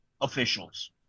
officials